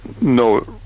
no